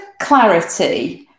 clarity